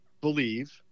believe